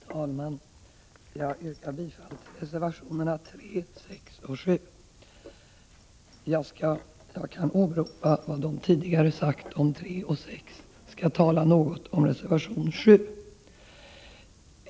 Herr talman! Jag yrkar bifall till reservationerna 3, 6 och 7. Jag kan åberopa vad de tidigare talarna sagt om reservationerna 3 och 6 och skall tala något om reservation 7.